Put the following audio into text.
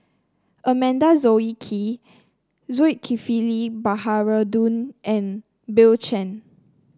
Amanda Zulkifli Baharudin and Bill Chen